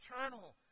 eternal